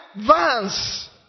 advance